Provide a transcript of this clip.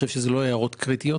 ואלה לא הערות קריטיות.